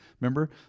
Remember